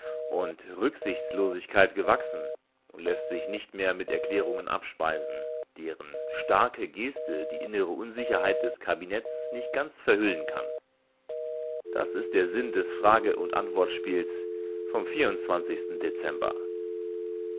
und rücksichtslosigkeit gewachsen und läßt sich nicht mehr mit erklärungen abspeisen deren starke geste die innere unsicherheit des kabinetts nicht ganz verhüllen kann das ist der sinn des frage und antwortspiels vom